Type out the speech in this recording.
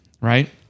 right